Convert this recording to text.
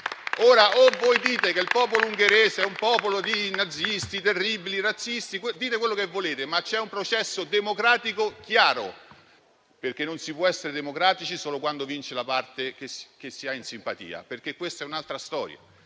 Ora, voi potete dire che quello ungherese è un popolo di nazisti, di terribili razzisti. Dite quello che volete, ma c'è un processo democratico chiaro. E non si può essere democratici solo quando vince la parte che si ha in simpatia, perché questa è un'altra storia.